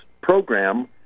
program